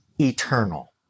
eternal